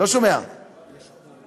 דיברת עם האוצר?